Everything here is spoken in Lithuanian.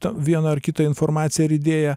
tą vieną ar kitą informaciją ar idėją